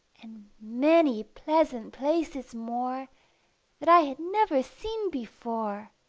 and many pleasant places more that i had never seen before.